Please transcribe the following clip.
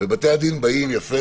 בתי הדין באים לפה יפה,